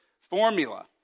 formula